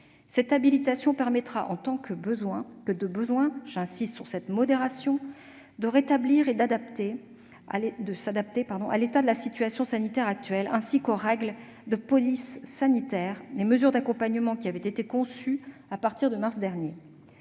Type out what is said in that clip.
Cette habilitation permettra, en tant que de besoin- j'insiste sur cette modération -, de rétablir et d'adapter à l'état de la situation sanitaire du moment ainsi qu'aux règles de police sanitaire, les mesures d'accompagnement qui avaient été conçues à partir de mars dernier.